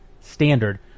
standard